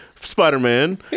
Spider-Man